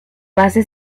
base